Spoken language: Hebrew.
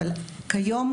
אבל כיום,